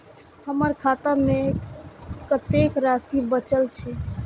हमर खाता में कतेक राशि बचल छे?